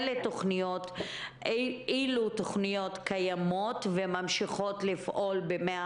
אלו תוכניות קיימות וממשיכות לפעול במאה